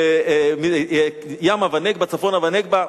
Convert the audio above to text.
צפונה ונגבה.